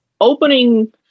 opening